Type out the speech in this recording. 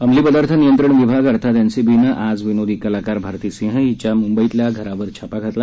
अंमली पदार्थ नियंत्रण विभाग अर्थात एनसीबीनं आज विनोदी कलाकार भारती सिंह हिच्या मूंबईतल्या घरावर छापा घातला